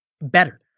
better